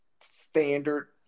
standard